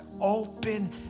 Open